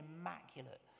immaculate